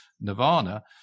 nirvana